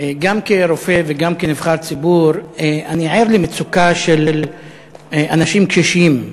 גם כרופא וגם כנבחר ציבור אני ער למצוקה של אנשים קשישים,